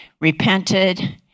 repented